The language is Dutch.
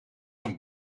een